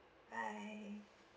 bye